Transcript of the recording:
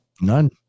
None